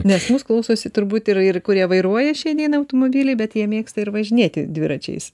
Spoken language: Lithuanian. nes mus klausosi turbūt ir ir kurie vairuoja šiandieną automobiliai bet jie mėgsta važinėti dviračiais